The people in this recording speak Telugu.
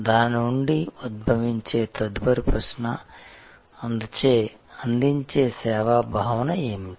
దాని నుండి ఉద్భవించే తదుపరి ప్రశ్న అందుచే అందించే సేవా భావన ఏమిటి